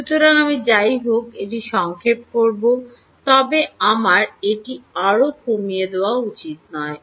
সুতরাং আমি যাইহোক এটি সংক্ষেপে করব তবে আমার এটি আরও কমিয়ে দেওয়া উচিত নয়